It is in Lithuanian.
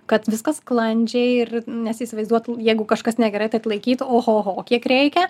kad viskas sklandžiai ir nes įsivaizduot jeigu kažkas negerai tai atlaikyt ohoho kiek reikia